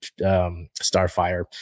starfire